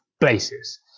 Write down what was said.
places